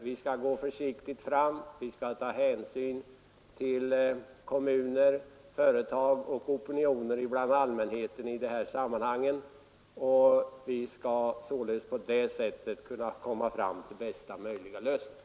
Vi skall gå försiktigt fram, vi skall ta hänsyn till kommuner och företag och till opinioner bland allmänheten i dessa sammanhang för att på det sättet komma fram till bästa möjliga lösning.